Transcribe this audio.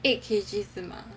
eight K_G 是吗